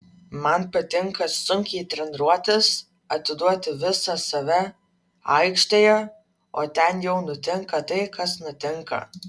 man patinka sunkiai treniruotis atiduoti visą save aikštėje o ten jau nutinka tai kas nutinka